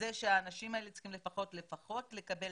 שהאנשים האלה צריכים לפחות לקבל